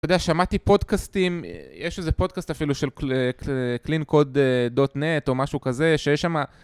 אתה יודע, שמעתי פודקאסטים, יש איזה פודקאסט אפילו של cleancode.net או משהו כזה, שיש שם...